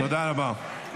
תודה רבה.